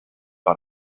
par